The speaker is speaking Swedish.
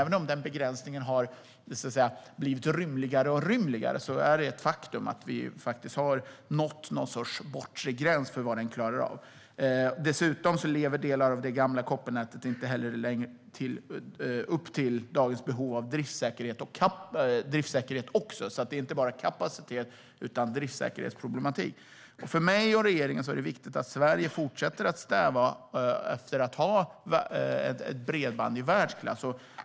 Även om denna begränsning så att säga har blivit rymligare och rymligare är det ett faktum att vi har nått en sorts bortre gräns för vad det klarar av. Delar av det gamla kopparnätet lever dessutom inte längre upp till dagens behov av driftssäkerhet. Det är alltså inte bara en kapacitetsproblematik utan även en driftssäkerhetsproblematik. För mig och regeringen är det viktigt att Sverige fortsätter att sträva efter att ha ett bredband i världsklass.